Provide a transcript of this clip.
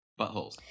Buttholes